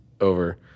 over